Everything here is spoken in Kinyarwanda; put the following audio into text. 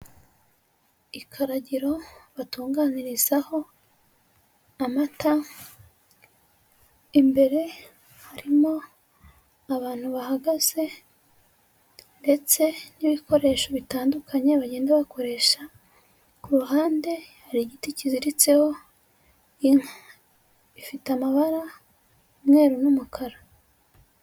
Ikaragiro batunganirizaho amata, imbere harimo abantu bahagaze ndetse n'ibikoresho bitandukanye bagenda bakoresha, ku ruhande hari igiti kiziritseho inka, ifite amabara umweru n'umukara.